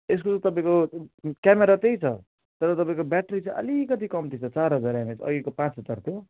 यसको तपाईँको क्यामरा त्यही त तर तपाईँको ब्याट्री चाहिँ अलिकति कम्ती छ चार हजार एमएच अघिको पाँच हजारको